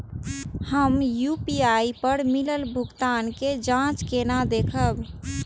हम यू.पी.आई पर मिलल भुगतान के जाँच केना देखब?